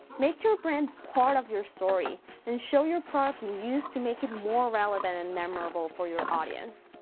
make your brand part of your story and show your product being used to make it more relevant and memorable for your audience.